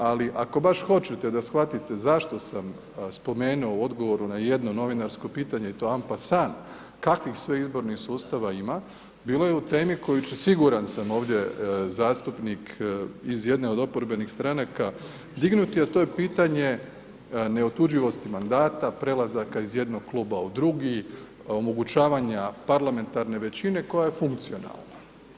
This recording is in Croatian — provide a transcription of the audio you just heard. Ali ako baš hoćete da shvatite zašto sam spomenuo u odgovoru na jedno novinarsko pitanje i to ampa san kakvih sve izbornih sustava ima, bilo je u temi koju ću, siguran sam, ovdje zastupnik iz jedne od oporbenih stranaka dignuti, a to je pitanje neotuđivosti mandata, prelazaka iz jednog kluba u drugi, omogućavanja parlamentarne većine koja je funkcionalna.